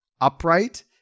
upright